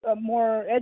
more